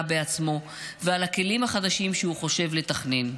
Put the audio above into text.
בעצמו ועל הכלים החדשים שהוא חושב לתכנן.